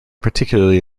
particularly